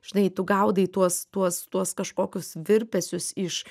žinai tu gaudai tuos tuos tuos kažkokius virpesius iš